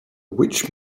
which